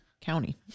County